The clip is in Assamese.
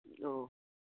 অঁ